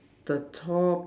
the top